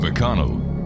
McConnell